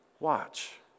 Watch